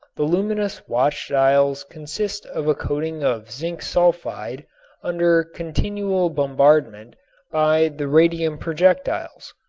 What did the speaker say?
the luminous watch dials consist of a coating of zinc sulfide under continual bombardment by the radium projectiles.